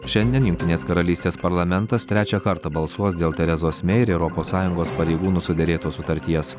šiandien jungtinės karalystės parlamentas trečią kartą balsuos dėl terezos mei ir europos sąjungos pareigūnų suderėtos sutarties